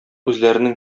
үзләренең